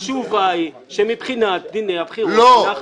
התשובה היא שמבחינת דיני הבחירות אנחנו